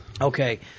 Okay